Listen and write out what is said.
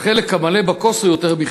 החלק המלא בכוס הוא יותר מחצי.